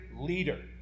leader